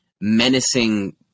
menacing